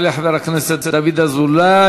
יעלה חבר הכנסת דוד אזולאי,